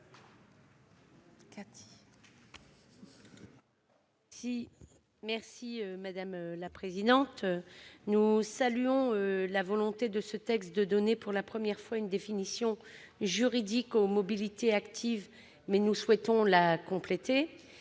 Mme Cathy Apourceau-Poly. Nous saluons la volonté des auteurs de ce texte de donner pour la première fois une définition juridique aux mobilités actives, mais nous souhaitons la compléter.